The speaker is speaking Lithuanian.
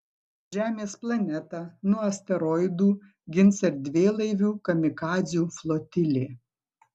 žemės planetą nuo asteroidų gins erdvėlaivių kamikadzių flotilė